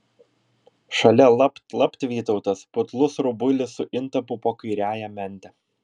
šalia lapt lapt vytautas putlus rubuilis su intapu po kairiąja mente